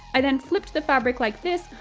i then flipped the fabric like this,